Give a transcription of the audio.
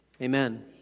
Amen